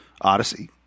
Odyssey